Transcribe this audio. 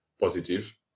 positive